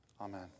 Amen